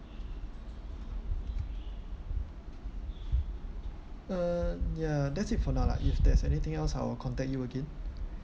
uh ya that's it for now lah if there's anything else I will contact you again